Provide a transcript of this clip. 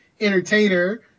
entertainer